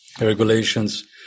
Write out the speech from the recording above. regulations